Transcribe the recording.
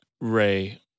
Ray